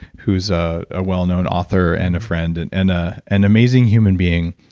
who's ah a well-known author and a friend. and an ah and amazing human being,